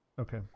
okay